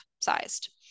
sized